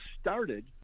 started